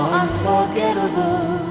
unforgettable